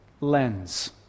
lens